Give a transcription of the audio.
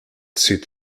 sit